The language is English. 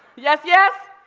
yes, yes?